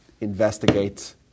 investigate